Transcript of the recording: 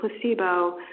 placebo